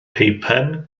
peipen